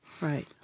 Right